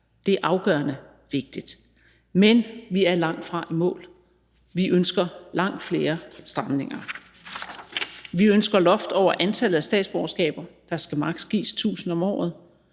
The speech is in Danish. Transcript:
Det er afgørende vigtigt. Men vi er langtfra i mål. Vi ønsker langt flere stramninger: Vi ønsker loft over antallet af statsborgerskaber; der skal maks. gives 1.000 om året.